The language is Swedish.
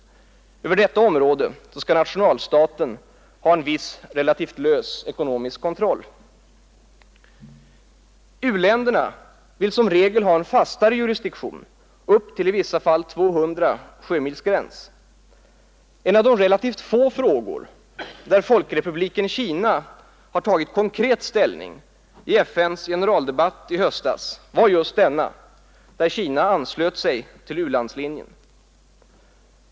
Över detta område skall nationalstaten ha en viss, relativt lös ekonomisk kontroll. U-länderna vill som regel ha en fastare jurisdiktion — i vissa fall upp till 200-sjömilsgräns. En av de relativt få frågor där Folkrepubliken Kina tog konkret ställning i FN:s generaldebatt i höstas var just denna, där Kina anslöt sig till u-landslinjen.